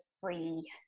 free